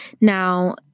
Now